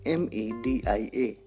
media